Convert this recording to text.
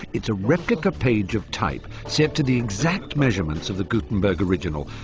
it's a replica page of type, set to the exact measurements of the gutenberg original.